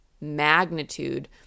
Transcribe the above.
magnitude